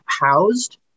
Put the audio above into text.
housed